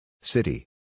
City